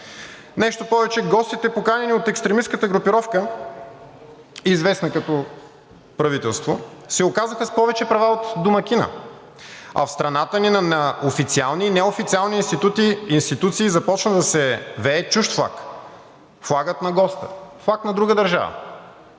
Нещо повече, гостите, поканени от екстремистката групировка, известна като правителство, се оказаха с повече права от домакина, а в страната ни – на официални и неофициални институции, започна да се вее чужд флаг – флагът на госта, флаг на друга държава.